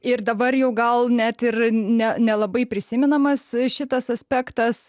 ir dabar jau gal net ir ne nelabai prisimenamas šitas aspektas